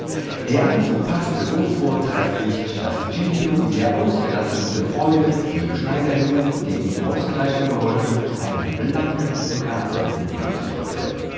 der anzug paßte so vortrefflich daß giglio in der ausgelassensten freude dem schneiderjungen der ihn auskleiden geholfen einen blanken dukaten in die hand drückte